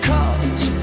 Cause